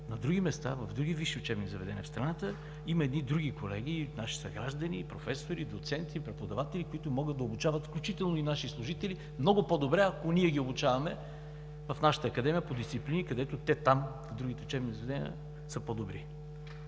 На други места, в други висши учебни заведения в страната, има други колеги, наши съграждани – професори, доценти, преподаватели, които могат да обучават много по-добре, включително и наши служители, ако ги обучаваме в нашата Академия по дисциплини, където в другите учебни заведения са по-добри.